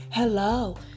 hello